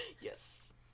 yes